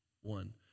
one